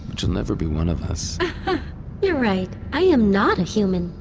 but you'll never be one of us you're right. i am not a human.